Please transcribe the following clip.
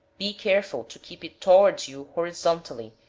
be careful to keep it towards you horizontally,